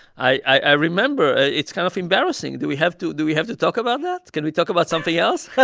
i remember. it's kind of embarrassing. do we have to do we have to talk about that? can we talk about something else?